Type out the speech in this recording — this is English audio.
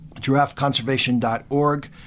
giraffeconservation.org